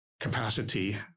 capacity